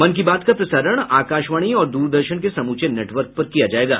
मन की बात का प्रसारण आकाशवाणी और द्रदर्शन के समूचे नटवर्क पर किया जायेगा